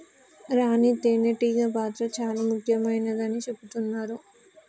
రాణి తేనే టీగ పాత్ర చాల ముఖ్యమైనదని చెబుతున్నరు